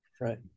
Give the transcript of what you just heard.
Right